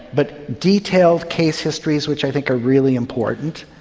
but detailed case histories, which i think are really important,